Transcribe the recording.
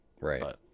Right